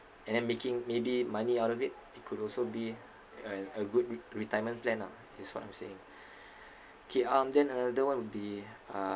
and then making maybe money out of it it could also be a a good ret~ retirement plan ah it's what I'm saying K um then another [one] would be uh